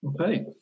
Okay